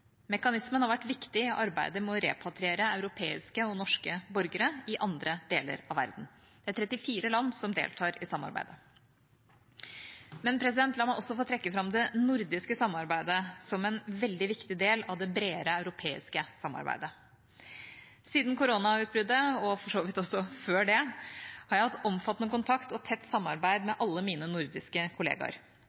Mekanismen har vært viktig i arbeidet med å repatriere europeiske, også norske, borgere i andre deler av verden. Det er 34 land som deltar i samarbeidet. La meg også få trekke fram det nordiske samarbeidet som en veldig viktig del av det bredere europeiske samarbeidet. Siden koronautbruddet, og for så vidt også før det, har jeg hatt omfattende kontakt og tett samarbeid med alle mine nordiske kollegaer.